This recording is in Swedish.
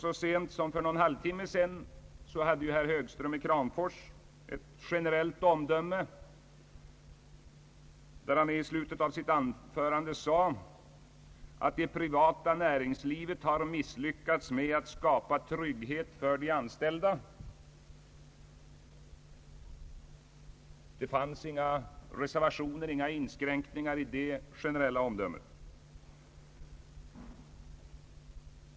Så sent som för någon halvtimme sedan fällde herr Högström i Kramfors ett sådant generellt omdöme, då han i slutet av sitt anförande sade att »det privata näringslivet har misslyckats med att skapa trygghet för de anställda». Det fanns inga reservationer, inga inskränkningar i detta generella omdöme.